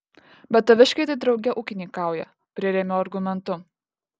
bet taviškiai tai drauge ūkininkauja prirėmiau argumentu